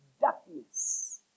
darkness